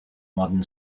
modern